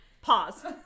pause